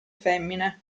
femmine